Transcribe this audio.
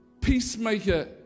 Peacemaker